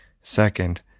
Second